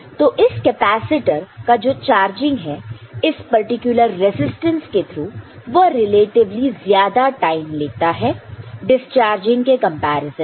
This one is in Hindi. तो इस कैपेसिटर का जो चार्जिंग है इस पर्टिकुलर रेजिस्टेंस के थ्रू वह रिलेटिवली ज्यादा टाइम लेता है डिसचार्जिंग के कंपैरिजन में